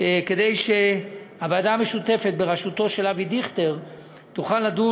כדי שהוועדה המשותפת בראשותו של אבי דיכטר תוכל לדון